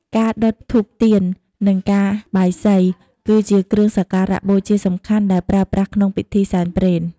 ការដុតធូបទៀន និងការបាយសី គឺជាគ្រឿងសក្ការៈបូជាសំខាន់ដែលប្រើប្រាស់ក្នុងពិធីសែនព្រេន។